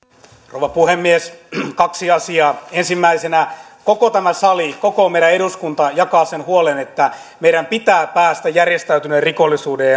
rouva puhemies kaksi asiaa ensimmäisenä koko tämä sali koko eduskunta jakaa sen huolen että meidän pitää päästä järjestäytyneen rikollisuuden